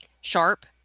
sharp